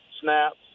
snaps